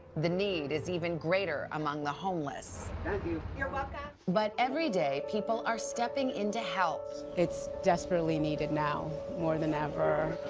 the need is even greater among the homeless. thank you. you're welcome. but every day, people are stepping in to help. it's desperately needed now more than ever.